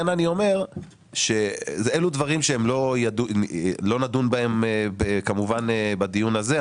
אלו דברים שכמובן לא נדון בהם בדיון הזה.